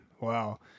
Wow